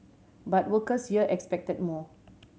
but workers here expected more